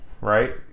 Right